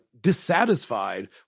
dissatisfied